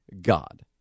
God